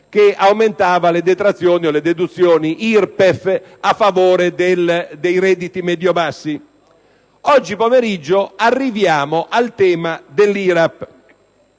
che aumentava le detrazioni e le deduzioni IRPEF a favore dei redditi medio‑bassi. Oggi pomeriggio arriviamo al tema dell'IRAP,